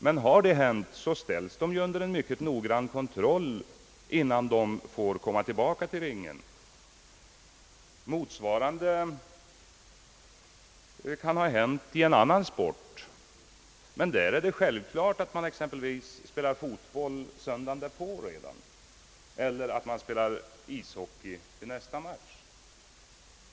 Men har det hänt, ställs de under en mycket noggrann kontroll, innan de får komma tillbaka i ringen. Motsvarande skada kan ha inträffat i en annan sport, men där är det självklart att man exempelvis spelar fotboll redan söndagen därpå eller spelar ishockey i nästa match.